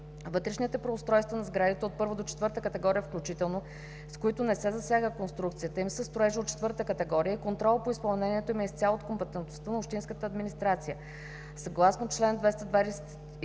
Вътрешните преустройства на сградите от първа до четвърта категория включително, с които не се засяга конструкцията им, са строежи от четвърта категория и контролът по изпълнението им е изцяло от компетентността на общинската администрация, съгласно чл. 223